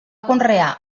conrear